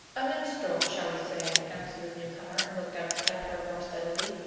a minstrel, shall we say? answered the newcomer, and looked up at her more steadily.